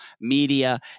Media